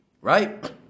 Right